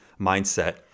mindset